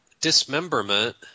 dismemberment